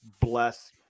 bless